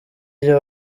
ibyo